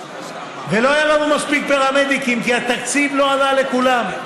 ולא היו לנו מספיק פרמדיקים כי התקציב לא ענה לכולם.